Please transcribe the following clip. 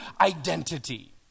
identity